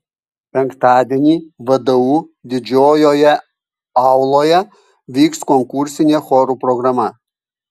penktadienį vdu didžiojoje auloje vyks konkursinė chorų programa